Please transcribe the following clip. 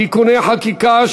(תיקוני חקיקה),